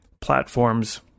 platforms